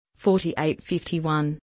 48-51